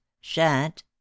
shan't